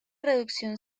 reducción